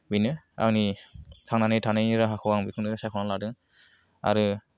बेनो आंनि थांनानै थानायनि राहाखौ आं बेखौनो सायख'नानै लादों आरो